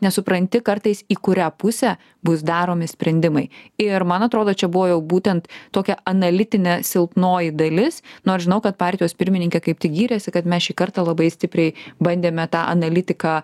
nesupranti kartais į kurią pusę bus daromi sprendimai ir man atrodo čia buvo jau būtent tokia analitinė silpnoji dalis nors žinau kad partijos pirmininkė kaip tik gyrėsi kad mes šį kartą labai stipriai bandėme tą analitiką